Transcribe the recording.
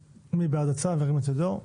מי בעד הצו, ירים את ידו?